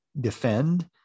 defend